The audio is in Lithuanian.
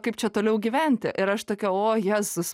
kaip čia toliau gyventi ir aš tokia o jėzus